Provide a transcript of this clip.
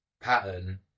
pattern